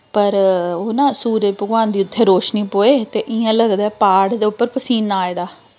पर ओह् न सूरज भगवान दी उत्थै रोशनी पवै ते इ'यां लगदा ऐ प्हाड़ दे उप्पर पसीना आए दा